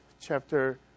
chapter